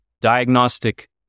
diagnostic